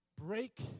Break